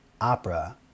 Opera